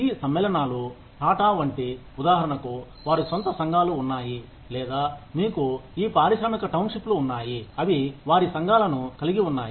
ఈ సమ్మేళనాలు టాటా వంటి ఉదాహరణకు వారి సొంత సంఘాలు ఉన్నాయి లేదా మీకు ఈ పారిశ్రామిక టౌన్షిప్లు ఉన్నాయి అవి వారి సంఘాలను కలిగి ఉన్నాయి